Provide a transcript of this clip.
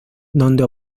donde